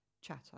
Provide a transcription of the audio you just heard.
chatter